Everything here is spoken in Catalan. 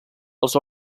els